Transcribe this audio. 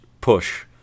push